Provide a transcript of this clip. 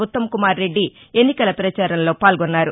ఉత్తమ్ కుమార్ రెడ్డి ఎన్నికల పచారంలో పాల్గొన్నారు